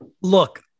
Look